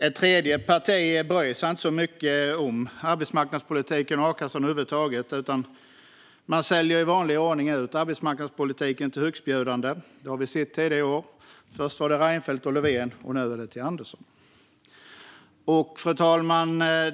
Ett tredje parti bryr sig inte så mycket om arbetsmarknadspolitiken och a-kassan över huvud taget utan säljer i vanlig ordning ut arbetsmarknadspolitiken till högstbjudande. Det har vi sett tidigare år. Först var det till Reinfeldt och Löfven, och nu är det till Andersson. Fru talman!